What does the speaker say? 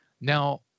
now